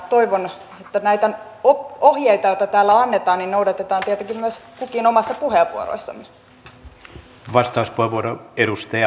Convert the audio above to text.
toivon että näitä ohjeita joita täällä annetaan tietenkin noudatamme myös kukin omissa puheenvuoroissamme